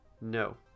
No